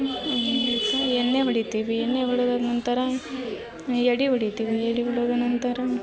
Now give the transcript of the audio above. ಎಣ್ಣೆ ಹೊಡಿತೀವಿ ಎಣ್ಣೆ ಹೊಡೆದ ನಂತರ ಎಡೆ ಹೊಡಿತೀವಿ ಎಡೆ ಹೊಡೆದ ನಂತರ